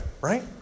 right